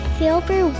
silver